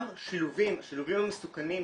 גם השילובים המסוכנים,